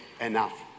enough